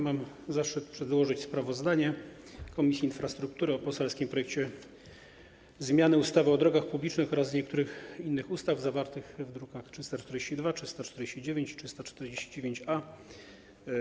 Mam zaszczyt przedłożyć sprawozdanie Komisji Infrastruktury o poselskim projekcie ustawy o zmianie ustawy o drogach publicznych oraz niektórych innych ustaw, zawartym w drukach nr 342, 349 i 349-A.